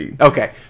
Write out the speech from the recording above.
Okay